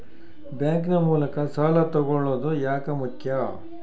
Bank ನ ಮೂಲಕ ಸಾಲ ತಗೊಳ್ಳೋದು ಯಾಕ ಮುಖ್ಯ?